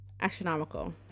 astronomical